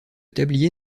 tablier